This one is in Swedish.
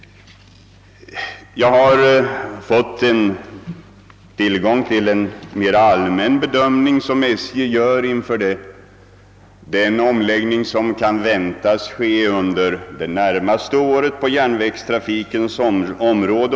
Jag har fått tillgång till en mera allmän bedömning, som SJ gör inför den omläggning som kan väntas ske under det närmaste året på järnvägstrafikens område.